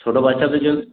ছোটো বাচ্চাদের জন্য